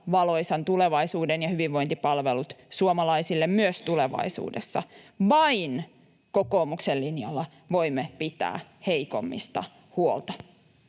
valoisan tulevaisuuden ja hyvinvointipalvelut suomalaisille myös tulevaisuudessa. Vain kokoomuksen linjalla voimme pitää heikommista huolta.